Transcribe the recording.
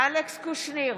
אלכס קושניר,